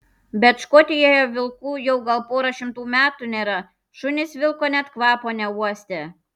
bet škotijoje vilkų jau gal pora šimtų metų nėra šunys vilko net kvapo neuostę